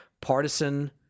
partisan